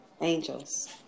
Angels